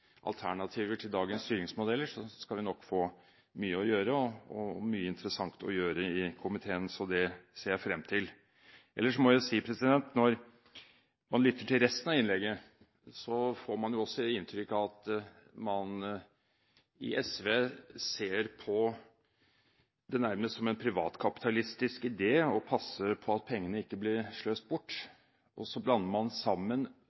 alternativer til dagens styringsmodeller – i komiteen. Hvis vi kan få en dialog om dette i komiteen, skal vi nok få mye å gjøre – og mye interessant å gjøre, så det ser jeg frem til. Ellers må jeg si at når man lytter til resten av innlegget, får man inntrykk av at man i SV nærmest ser på det som en privatkapitalistisk idé å passe på at pengene ikke blir sløst